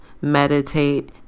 meditate